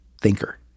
thinker